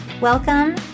Welcome